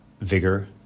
vigor